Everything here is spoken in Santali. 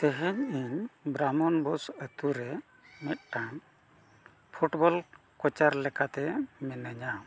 ᱛᱮᱦᱮᱧ ᱤᱧ ᱵᱨᱟᱢᱢᱚᱱ ᱵᱳᱥ ᱟᱛᱳ ᱨᱮ ᱢᱤᱫᱴᱟᱝ ᱯᱷᱩᱴᱵᱚᱞ ᱠᱳᱪᱟᱨ ᱞᱮᱠᱟᱛᱮ ᱢᱤᱱᱟᱹᱧᱟ